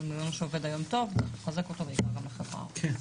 בן אדם שעובד היום טוב צריך לחזק אותו בעיקר גם בחברה הערבית.